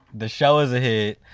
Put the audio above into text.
the show is a hit.